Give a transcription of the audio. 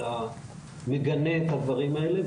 אלא מגנה את הדברים האלה.